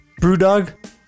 BrewDog